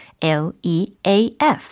L-E-A-F